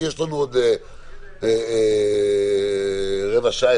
כי יש לנו עוד רבע שעה,